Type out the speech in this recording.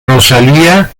rosalía